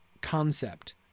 concept